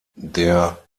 der